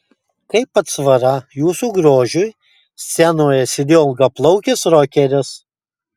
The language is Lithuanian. kaip atsvara jūsų grožiui scenoje sėdėjo ilgaplaukis rokeris